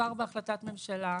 מדובר בהחלטת ממשלה.